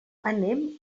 anem